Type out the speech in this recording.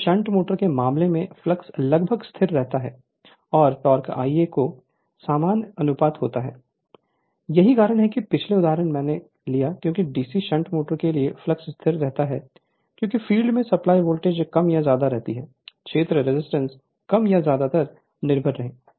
अब shunt motor के मामले में फ्लक्स ∅ लगभग स्थिर रहता है और टॉर्क Ia के समानुपाती होता है यही कारण है कि पिछले उदाहरण मैंने लिया क्योंकि DC शंट मोटर के लिए फ्लक्स स्थिर रहता है क्योंकि फील्ड में सप्लाई वोल्टेज कम या ज्यादा रहती है क्षेत्र रेजिस्टेंस कम या ज्यादा निर्भर रहें